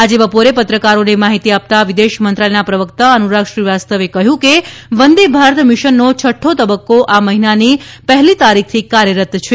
આજે બપોરે પત્રકારોને માહિતી આપતાં વિદેશ મંત્રાલયના પ્રવક્તા અનુરાગ શ્રીવાસ્તવે કહ્યું કે વંદે ભારત મિશનનો છઠઠ તબ્બકો આ મહિનાની પહેલી તારીખથી કાર્યરત છે